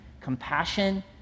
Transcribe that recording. compassion